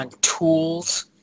tools